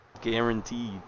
Guaranteed